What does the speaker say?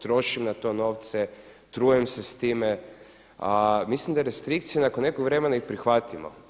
Trošim na to novce, trujem se s time, a mislim da je restrikcija nakon nekog vremena i prihvatljivo.